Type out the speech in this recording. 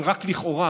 אבל רק לכאורה,